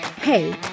Hey